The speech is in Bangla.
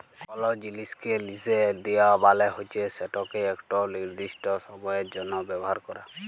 কল জিলিসকে লিসে দেওয়া মালে হচ্যে সেটকে একট লিরদিস্ট সময়ের জ্যনহ ব্যাভার ক্যরা